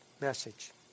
message